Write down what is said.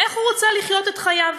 איך הוא רוצה לחיות את חייו.